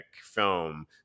film